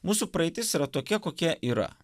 mūsų praeitis yra tokia kokia yra